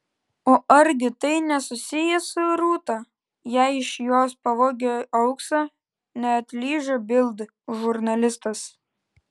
o argi tai nesusiję su rūta jei iš jos pavogė auksą neatlyžo bild žurnalistas